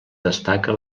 destaca